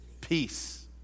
peace